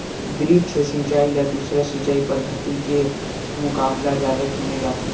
द्रप्स सिंचाई ला दूसर सिंचाई पद्धिति के मुकाबला जादा चुने जाथे